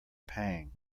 pang